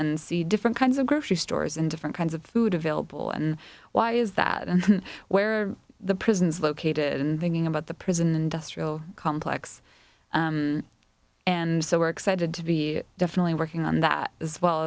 and see different kinds of grocery stores and different kinds of food available and why is that and where are the prisons located and thinking about the prison industrial complex and so we're excited to be definitely working on that as well